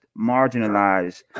marginalized